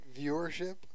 viewership